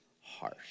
harsh